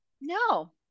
No